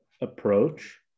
approach